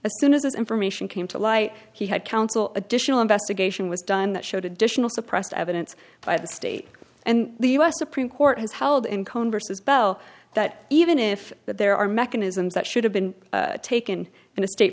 assoon as this information came to light he had counsel additional investigation was done that showed additional suppressed evidence by the state and the u s supreme court has held in converses bell that even if there are mechanisms that should have been taken in a state